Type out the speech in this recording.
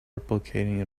replicating